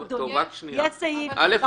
יהיה סעיף --- ככה.